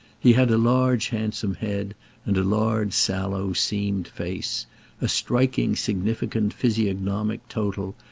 he had a large handsome head and a large sallow seamed face a striking significant physiognomic total,